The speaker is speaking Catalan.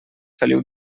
feliu